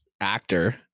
actor